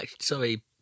sorry